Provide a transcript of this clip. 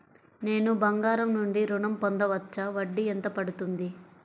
నేను బంగారం నుండి ఋణం పొందవచ్చా? వడ్డీ ఎంత పడుతుంది?